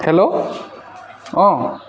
hello অঁ